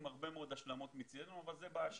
הרבה מאוד השלמות מצדנו אבל זו בעיה שלנו.